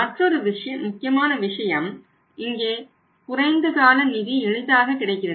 மற்றொரு முக்கியமான விஷயம் இங்கே குறைந்த கால நிதி எளிதாக கிடைக்கிறது